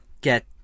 get